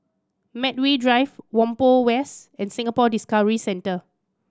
Medway Drive Whampoa West and Singapore Discovery Centre